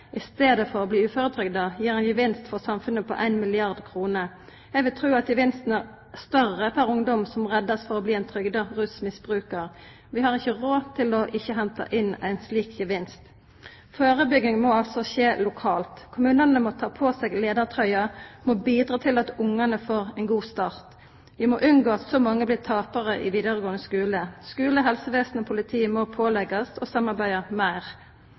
i stedet for å bli uføretrygdet, gir en gevinst for samfunnet på 1 milliard kr. Jeg vil tro at gevinsten er større pr. ungdom som reddes fra å bli en trygdet rusmisbruker. Vi har ikke råd til ikke å hente inn en slik gevinst! Forebygging må altså skje lokalt. Kommunene må ta på seg ledertrøyen, må bidra til at ungene får en god start. Vi må unngå at så mange blir tapere i videregående skole. Skole, helsevesen og politiet må pålegges å samarbeide mer.